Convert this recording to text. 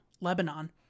Lebanon